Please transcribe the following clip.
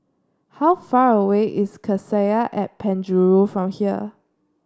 how far away is Cassia at Penjuru from here